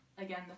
again